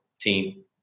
team